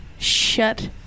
Shut